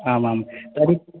आमाम् तर्हि